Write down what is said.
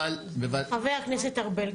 חבר הכנסת ארבל,